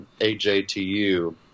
AJTU